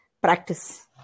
practice